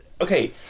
Okay